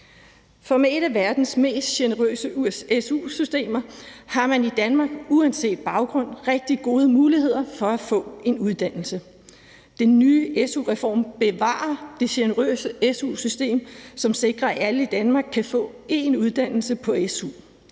For med et af verdens mest generøse su-systemer har man i Danmark uanset baggrund rigtig gode muligheder for at få en uddannelse. Den nye su-reform bevarer det generøse su-system, som sikrer, at alle i Danmark kan få én uddannelse på su,